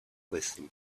listening